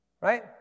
Right